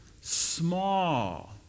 small